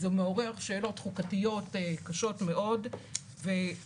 זה מעורר שאלות חוקתיות קשות מאוד והדרך